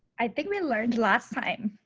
i think we learned last time.